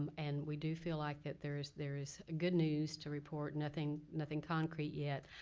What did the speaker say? and we do feel like that there is there is good news to report nothing nothing concrete yet.